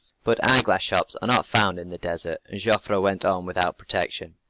but eyeglass shops are not found in the desert, and joffre went on without protection.